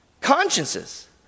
Consciences